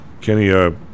Kenny